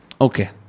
Okay